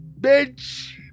bitch